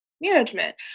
management